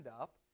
up